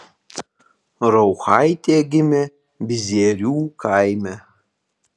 rauchaitė gimė bizierių kaime